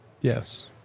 Yes